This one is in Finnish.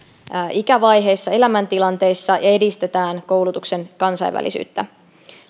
ikävaiheissa elämäntilanteissa ja edistetään koulutuksen kansainvälisyyttä